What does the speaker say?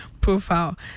profile